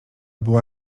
była